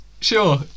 Sure